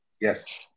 Yes